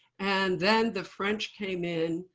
and then the french came in,